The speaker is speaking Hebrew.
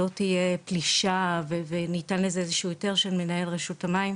שלא תהיה פלישה וניתן לזה איזה שהוא היתר של מנהל רשות המים,